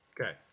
Okay